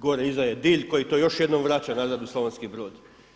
gore iza je Dilj koji to još jednom vraća nazad u Slavonski Brod.